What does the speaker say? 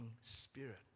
spirit